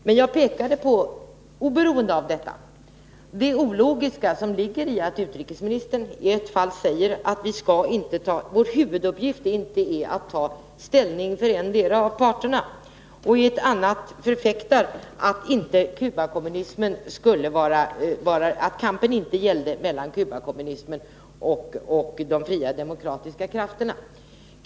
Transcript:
Men jag pekade på, oberoende av detta, det ologiska i att utrikesministern i ett fall säger att vår huvuduppgift inte är att ta ställning för endera parten och i ett annat fall förfäktar att vi måste välja sida i en kamp som inte står mellan Cubakommunismen och de fria demokratiska krafterna.